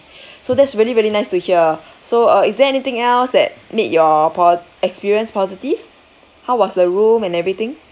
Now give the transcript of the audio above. so that's very very nice to hear so uh is there anything else that make your po~ experience positive how was the room and everything